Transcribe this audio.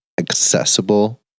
accessible